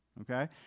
okay